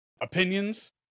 opinions